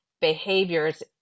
behaviors